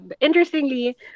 interestingly